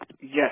Yes